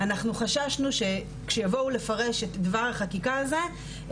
אנחנו חששנו שכשיבואו לפרש את דבר החקיקה הזה,